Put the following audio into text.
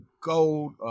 gold